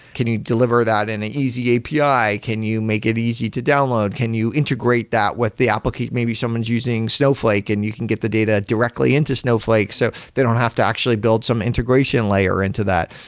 can you deliver that in an easy api? can you make it easy to download? can you integrate that with the application? maybe someone's using snowflake and you can get the data directly into snowflakes. so they don't have to actually build some integration layer into that.